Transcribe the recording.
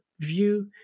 view